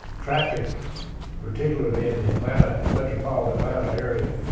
traffic particularly in the atlanta metropolitan atlanta area,